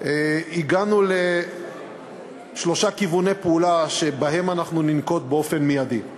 הגענו לשלושה כיווני פעולה שאנחנו ננקוט באופן מיידי: